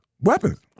Weapons